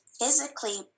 physically